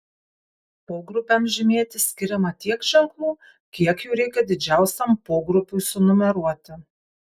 pogrupiams žymėti skiriama tiek ženklų kiek jų reikia didžiausiam pogrupiui sunumeruoti